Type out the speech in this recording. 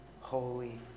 holy